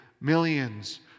millions